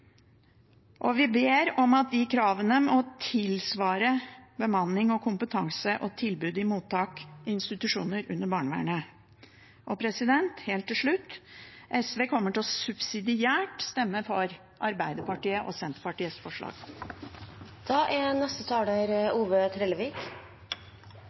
Og vi ber om at de kravene må tilsvare bemanning, kompetanse og tilbud i mottak og institusjoner under barnevernet. Helt til slutt: SV kommer subsidiært til å stemme for Arbeiderpartiet og Senterpartiets